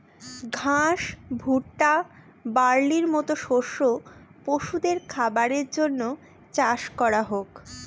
ঘাস, ভুট্টা, বার্লির মতো শস্য পশুদের খাবারের জন্য চাষ করা হোক